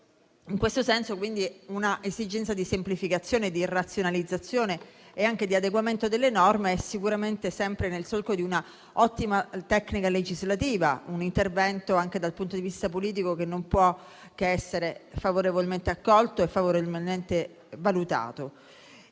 In questo senso, quindi, una esigenza di semplificazione, di razionalizzazione e anche di adeguamento delle norme si pone sicuramente nel solco di una ottima tecnica legislativa, di un intervento che, anche dal punto di vista politico, non può che essere favorevolmente accolto e valutato.